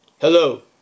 Hello